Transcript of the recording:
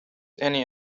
any